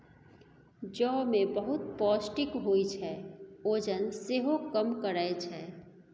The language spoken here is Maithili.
जौ मे बहुत पौष्टिक होइ छै, ओजन सेहो कम करय छै